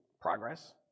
progress